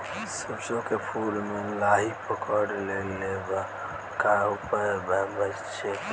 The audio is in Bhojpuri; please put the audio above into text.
सरसों के फूल मे लाहि पकड़ ले ले बा का उपाय बा बचेके?